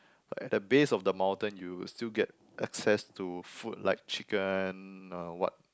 at the base of the mountain you would still get access to food like chicken or what